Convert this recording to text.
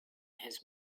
his